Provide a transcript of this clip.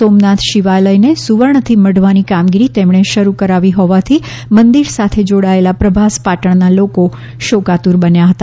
સોમનાથ શિવાલયને સુવર્ણથી મઢવાની કામગીરી તેમણે શરૂ કરાવી હોવાથી મંદિર સાથે જોડાયેલા પ્રભાસ પાટણના લોકો શોકાતુર બન્યા હતા